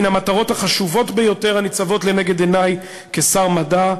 מן המטרות החשובות ביותר הניצבות לנגד עיני כשר מדע,